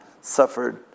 suffered